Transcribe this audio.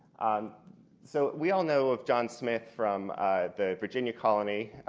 um so, we all know of john smith from the virginia colony,